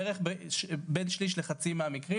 בערך בין שליש לחצי מהמקרים,